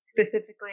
specifically